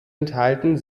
enthalten